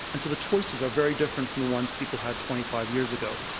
and so the choices are very different from the ones people had twenty five years ago.